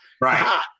right